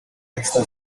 esta